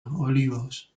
olivos